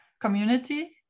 Community